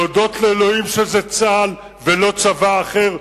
להודות לאלוהים שזה צה"ל ולא צבא אחר,